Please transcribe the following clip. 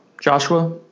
Joshua